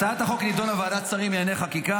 הצעת החוק נדונה בוועדת שרים לענייני חקיקה